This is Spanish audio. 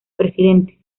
presidente